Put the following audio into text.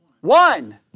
One